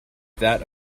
that